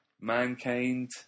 Mankind